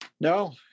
no